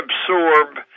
absorb